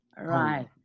Right